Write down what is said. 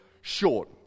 short